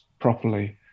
properly